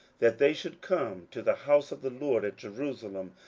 that they should come to the house of the lord at jerusalem,